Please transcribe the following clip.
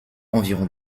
environ